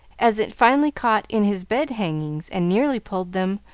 as it finally caught in his bed-hangings, and nearly pulled them,